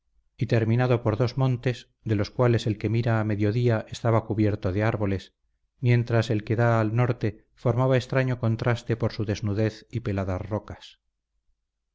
y terminado por dos montes de los cuales el que mira a mediodía estaba cubierto de árboles mientras el que da al norte formaba extraño contraste por su desnudez y peladas rocas